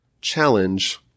challenge